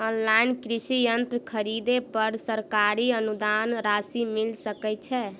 Online कृषि यंत्र खरीदे पर सरकारी अनुदान राशि मिल सकै छैय?